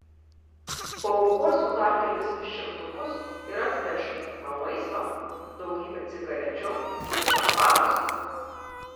paaukosiu dar kelis šimtukus ir atvešiu tau maisto daugybę cigarečių ir arbatos